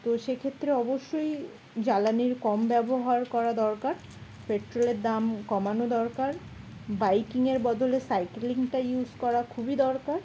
তো সেক্ষেত্রে অবশ্যই জ্বালানির কম ব্যবহার করা দরকার পেট্রোলের দাম কমানো দরকার বাইকিংয়ের বদলে সাইকেলিংটা ইউস করা খুবই দরকার